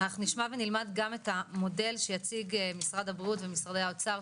אנחנו נשמע ונלמד גם את המודל שיציגו משרד הבריאות ומשרדי האוצר,